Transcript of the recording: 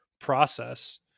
process